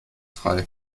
frei